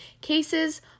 cases